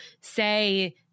say